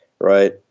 right